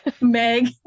Meg